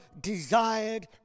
desired